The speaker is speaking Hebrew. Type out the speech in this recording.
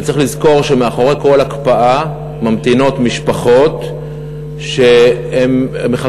וצריך לזכור שמאחור ממתינות משפחות שמחכות